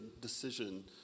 decision